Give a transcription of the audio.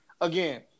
Again